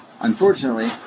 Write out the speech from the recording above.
Unfortunately